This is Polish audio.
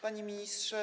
Panie Ministrze!